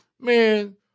man